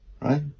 Right